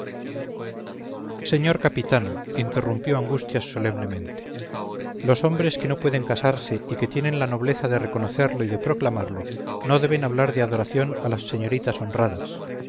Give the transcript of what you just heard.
señor capitán interrumpió angustias solemnemente los hombres que no pueden casarse y que tienen la nobleza de reconocerlo y de proclamarlo no deben hablar de adoración a las señoritas honradas